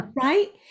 right